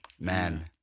Man